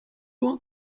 want